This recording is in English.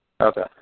Okay